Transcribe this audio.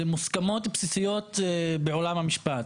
אלו מוסכמות בסיסיות בעולם המשפט.